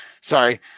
sorry